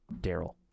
Daryl